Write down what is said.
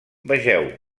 vegeu